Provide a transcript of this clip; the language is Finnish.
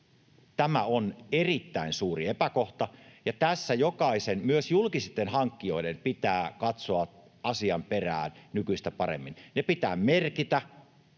Tämä on erittäin suuri epäkohta, ja tässä jokaisen, myös julkisten hankkijoiden, pitää katsoa asian perään nykyistä paremmin. Ne pitää merkitä,